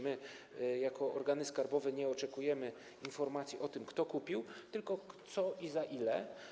My jako organy skarbowe nie oczekujemy informacji o tym, kto kupił, tylko co i za ile.